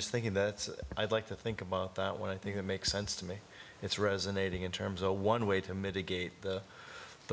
just thinking that i'd like to think about when i think it makes sense to me it's resonating in terms of one way to mitigate the